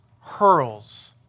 hurls